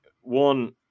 one